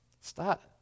stop